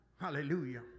Hallelujah